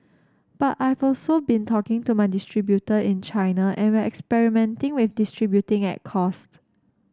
but I've also been talking to my distributor in China and we're experimenting with distributing at cost